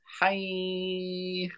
Hi